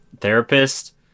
therapist